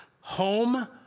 home